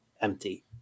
empty